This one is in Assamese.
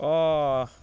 অঁ